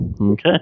Okay